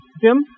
Jim